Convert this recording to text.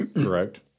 correct